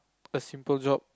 a simple job